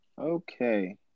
Okay